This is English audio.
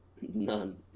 None